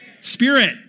Spirit